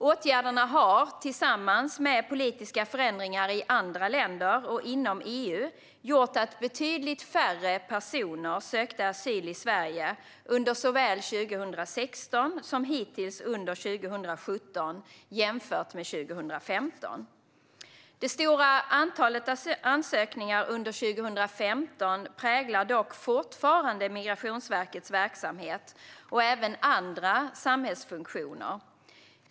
Åtgärderna har tillsammans med politiska förändringar i andra länder och inom EU gjort att betydligt färre personer sökte asyl i Sverige under såväl 2016 som hittills under 2017 jämfört med 2015. Det stora antalet ansökningar under 2015 präglar dock fortfarande Migrationsverkets verksamhet och även andra samhällsfunktioner.